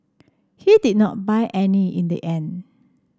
he did not buy any in the end